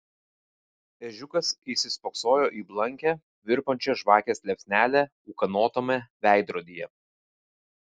ežiukas įsispoksojo į blankią virpančią žvakės liepsnelę ūkanotame veidrodyje